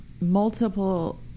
multiple